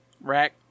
Rack